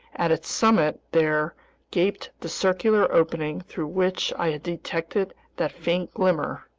at its summit there gaped the circular opening through which i had detected that faint glimmer,